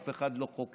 אף אחד לא חוקר.